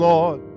Lord